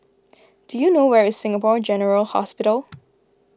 do you know where is Singapore General Hospital